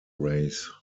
race